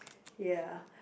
ya